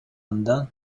андан